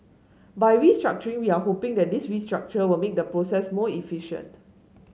by restructuring we are hoping that this restructure will make the process more efficient